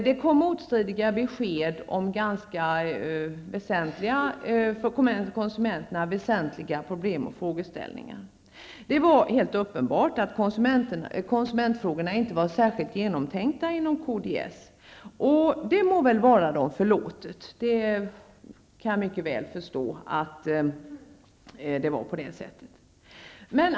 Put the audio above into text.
Det kom motstridiga besked om för konsumenterna ganska väsentliga problem och frågeställningar. Det var helt uppenbart att konsumentfrågorna inte var särskilt genomtänkta inom kds. Det må vara dem förlåtet. Jag kan mycket väl förstå att det var på det sättet.